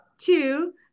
two